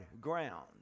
ground